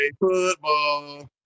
football